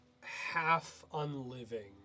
half-unliving